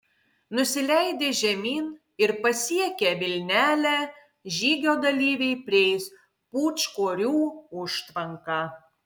nusileidę žemyn ir pasiekę vilnelę žygio dalyviai prieis pūčkorių užtvanką